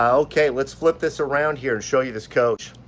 ah okay, let's flip this around here and show you this coach.